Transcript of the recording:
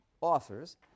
authors